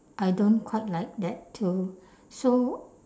I don't quite like that too so